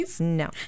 No